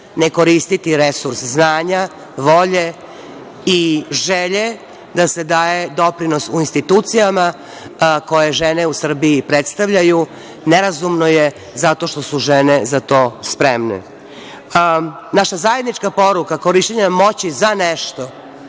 ne koristiti resurs znanja, volje i želje da se daje doprinos u institucijama koje žene u Srbiji predstavljaju. Nerazumno je zato što su žene za to spremne. Naša zajednička poruka korišćenja moći za nešto,